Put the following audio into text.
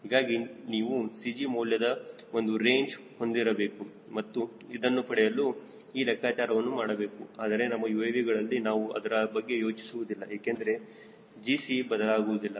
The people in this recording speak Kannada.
ಹೀಗಾಗಿ ನೀವು CG ಮೌಲ್ಯದ ಒಂದು ರೇಂಜ್ ಹೊಂದಿರಬೇಕು ಮತ್ತು ಅದನ್ನು ಪಡೆಯಲು ಈ ಲೆಕ್ಕಾಚಾರವನ್ನು ಮಾಡಬೇಕು ಆದರೆ ನಮ್ಮUAVಗಳಲ್ಲಿ ನಾವು ಅದರ ಬಗ್ಗೆ ಯೋಚಿಸಬೇಕಿಲ್ಲ ಏಕೆಂದರೆ GC ಬದಲಾಗುವುದಿಲ್ಲ